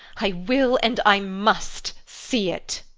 i will and i must see it!